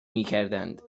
میکردند